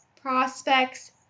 prospects